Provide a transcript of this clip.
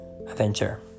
adventure